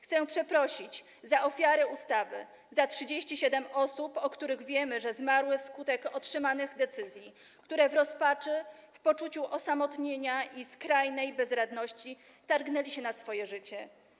Chcę przeprosić za ofiary ustawy, za 37 osób, o których wiemy, że zmarły wskutek otrzymanych decyzji, które w rozpaczy, w poczuciu osamotnienia i skrajnej bezradności targnęły się na swoje życie.